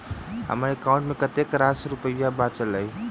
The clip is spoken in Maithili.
हम्मर एकाउंट मे कतेक रास रुपया बाचल अई?